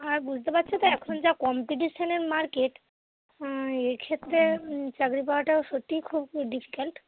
আর বুঝতে পারছো তো এখন যা কম্পিটিশানের মার্কেট এক্ষেত্রে চাকরি পাওয়াটা সত্যিই খুব ডিফিকাল্ট